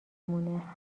مونه